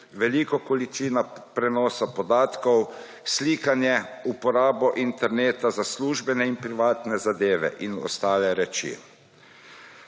veliko količino prenosa podatkov, slikanje, uporabo interneta za službene in privatne zadeve in ostale reči.